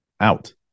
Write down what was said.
out